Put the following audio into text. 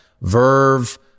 Verve